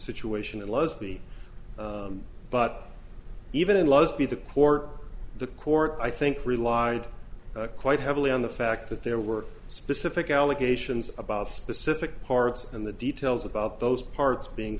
situation and b but even in laws be the pork the court i think relied quite heavily on the fact that there were specific allegations about specific parts and the details about those parts being